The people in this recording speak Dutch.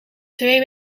twee